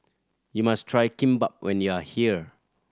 you must try Kimbap when you are here